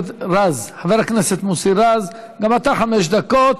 חבר הכנסת מוסי רז, גם לך חמש דקות.